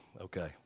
Okay